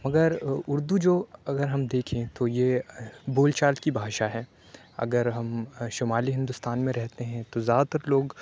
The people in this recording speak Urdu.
مگر اُردو جو اگر ہم دیکھیں تو یہ بول چال کی بھاشا ہے اگر ہم شمالی ہندوستان میں رہتے ہیں تو زیادہ تر لوگ